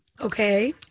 Okay